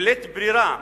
בלית ברירה,